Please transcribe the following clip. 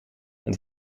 het